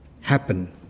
happen